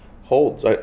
holds